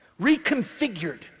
reconfigured